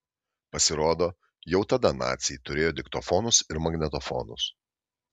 pasirodo jau tada naciai turėjo diktofonus ir magnetofonus